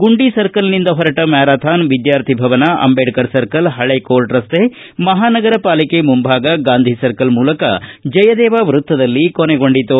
ಗುಂಡಿ ಸರ್ಕಲ್ನಿಂದ ಹೊರಟ ಮ್ನಾರಾಥಾನ್ ವಿದ್ಯಾರ್ಥಿಭವನ ಅಂಬೇಡ್ರರ್ ಸರ್ಕಲ್ ಪಳೇ ಕೋರ್ಟ್ ರಸ್ತೆ ಮಹಾನಗರ ಪಾಲಿಕೆ ಮುಂಭಾಗ ಗಾಂಧಿ ಸರ್ಕಲ್ ಮೂಲಕ ಜಯದೇವ ವೃತ್ತದಲ್ಲಿ ಕೊನೆಗೊಂಡಿತು